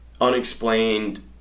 unexplained